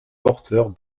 porteur